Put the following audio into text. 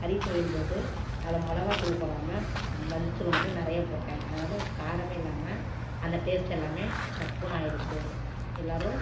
கறி செய்யும் போது அதில் மிளகாத்தூள் போடாமல் மஞ்சத்தூள் மட்டும் நிறையா போட்டேன் அதனால காரமே இல்லாமல் அந்த டெஸ்ட் எல்லாமே சப்புனு ஆகிடுச்சி எல்லோரும்